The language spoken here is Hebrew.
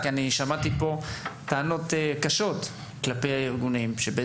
כי שמעתי פה טענות קשות כלפי הארגונים ועל